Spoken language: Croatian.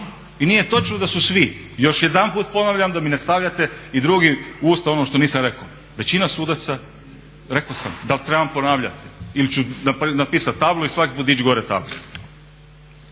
I nije točno da su svi, još jedanput ponavljam da mi ne stavljate i drugi u usta u ono što nisam rekao, većina sudaca, rekao sam. Dal trebam ponavljati ili ću napisati tablu i svaki puta dići gore tablu.